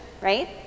right